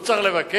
הוא צריך לבקש?